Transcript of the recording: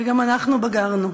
וגם אנחנו בגרנו.